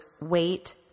wait